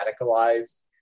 radicalized